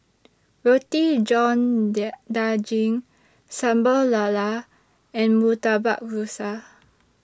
Roti John Daging Sambal Lala and Murtabak Rusa